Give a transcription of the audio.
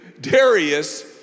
Darius